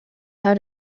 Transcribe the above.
how